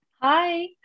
Hi